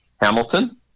Hamilton